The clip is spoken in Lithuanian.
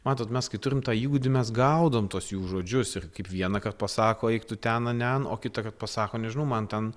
matot mes kai turim tą įgūdį mes gaudom tuos jų žodžius ir kaip vienąkart pasako eik tu ten anen o kita kad pasako nežinau man ten